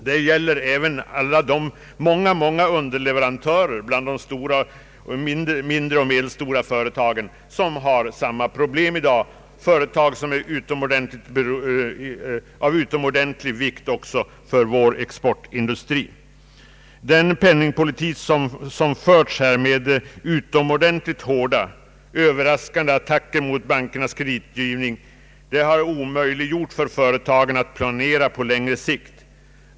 Det gäller även alla de många underleverantörer bland de mindre och medelstora företagen som har samma problem i dag, företag som är av utomordentlig vikt också för vår export. Den penningpolitik som har förts, med utomordentligt hårda och överraskande attacker mot bankernas kreditgivning, har omöjliggjort för företagen att kunna planera på längre sikt.